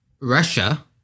Russia